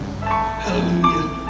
Hallelujah